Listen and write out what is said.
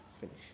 Finish